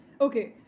Okay